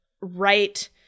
right